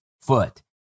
foot